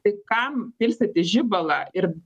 tai kam pilstyti žibalą ir